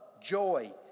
joy